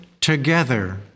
together